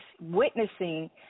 witnessing